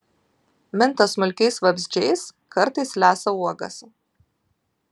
minta smulkiais vabzdžiais kartais lesa uogas